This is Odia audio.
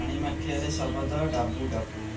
ପାଣି ମାଠିଆରେ ଶବଦ ଡ଼ାବୁ ଡ଼ାବୁ